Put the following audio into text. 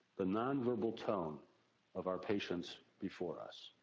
the non-verbal tone of our patients before us.